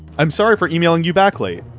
i'm sorry for emailing you back late.